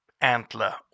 antler